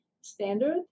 standard